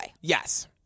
Yes